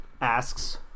asks